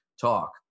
talk